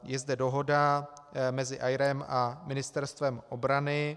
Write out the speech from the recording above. Je zde dohoda mezi AERO a Ministerstvem obrany.